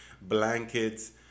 blankets